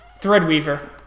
Threadweaver